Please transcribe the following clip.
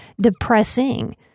depressing